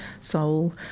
soul